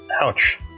Ouch